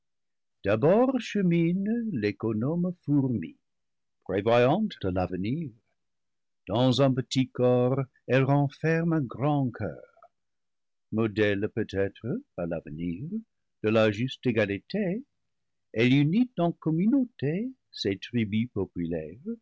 d'abord chemine l'économe fourmi prévoyante de l'avenir dans un petit corps elle renferme un grand coeur modèle peut-être à l'avenir de la juste égalité elle unit en commu nauté ses tribus